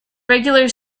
regular